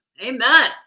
Amen